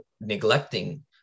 neglecting